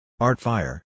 Artfire